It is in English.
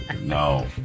no